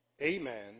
amen